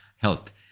health